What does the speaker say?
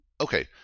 okay